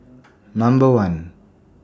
Number one